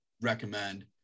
recommend